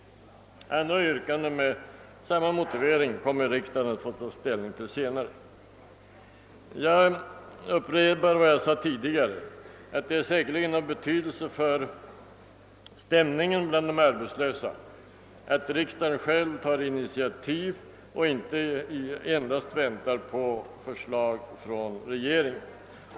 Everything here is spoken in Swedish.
Andra yrkanden med samma motivering kommer riksdagen att få ta ställning till senare. Jag upprepar vad jag sade tidigare, nämligen att det säkerligen är av betydelse för stämningen bland de arbetslösa att riksdagen själv tar initiativ och inte endast väntar på förslag från regeringen.